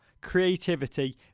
creativity